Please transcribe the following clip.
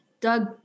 Doug